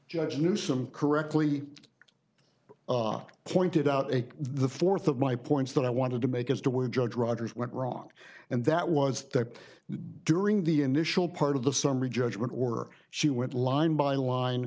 judge newsome correctly pointed out a the fourth of my points that i wanted to make as to where judge rogers went wrong and that was that during the initial part of the summary judgment or she went line by line